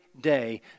day